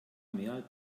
mehr